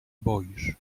boisz